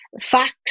Facts